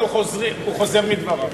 אנחנו חוזרים, הוא חוזר מדבריו.